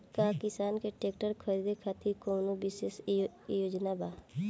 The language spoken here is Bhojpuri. का किसान के ट्रैक्टर खरीदें खातिर कउनों विशेष योजना बा?